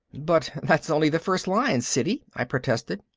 but that's only the first lines, siddy, i protested.